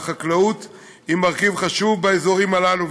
והחקלאות היא מרכיב חשוב באזורים הללו,